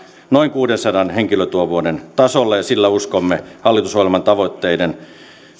noin kuudensadan henkilötyövuoden tasolle ja sillä uskomme hallitusohjelman tavoitteiden